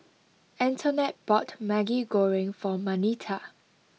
Antonette bought Maggi Goreng for Marnita